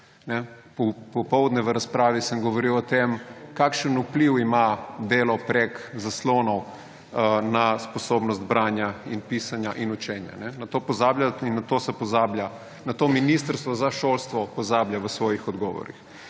Popoldne v razpravi sem govoril o tem, kakšen vpliv ima delo prek zaslonov na sposobnost branja, pisanja in učenja. Na to pozabljate in na to se pozablja, na to ministrstvo za šolstvo pozablja v svojih odgovorih,